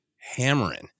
hammering